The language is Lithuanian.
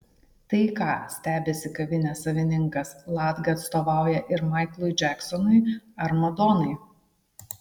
tai ką stebisi kavinės savininkas latga atstovauja ir maiklui džeksonui ar madonai